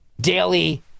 daily